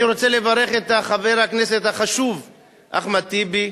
אני רוצה לברך את חבר הכנסת החשוב אחמד טיבי,